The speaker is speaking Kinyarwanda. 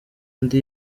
ndi